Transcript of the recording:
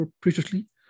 previously